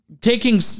taking